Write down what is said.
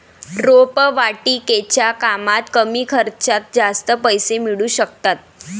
रोपवाटिकेच्या कामात कमी खर्चात जास्त पैसे मिळू शकतात